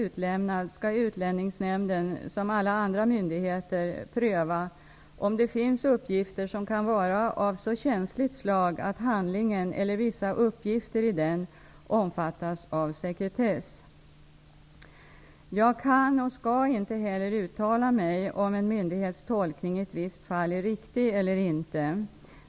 Utlänningsnämnden som alla andra myndigheter pröva om det finns uppgifter som kan vara av så känsligt slag att handlingen eller vissa uppgifter i den omfattas av sekretess. Jag kan och skall inte heller uttala mig om en myndighets tolkning i ett visst fall är riktig eller inte.